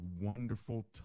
wonderful